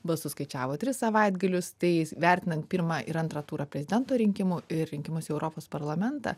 balsus skaičiavo tris savaitgalius tai vertinant pirmą ir antrą turą prezidento rinkimų ir rinkimus į europos parlamentą